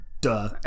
duh